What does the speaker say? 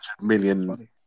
million